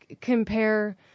compare